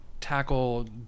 tackle